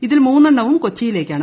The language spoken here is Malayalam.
ഇതിൽ മൂന്നെണ്ണവും കൊച്ചിയിലേക്കാണ്